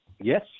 Yes